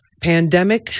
pandemic